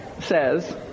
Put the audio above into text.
says